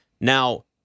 Now